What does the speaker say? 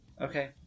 Okay